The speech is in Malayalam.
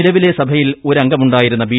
നിലവിലെ സഭയിൽ ഒരംഗമുണ്ടായിരുന്ന ബി